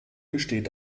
besteht